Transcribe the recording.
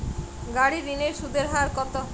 গাড়ির ঋণের সুদের হার কতো?